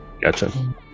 Gotcha